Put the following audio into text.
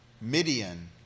Midian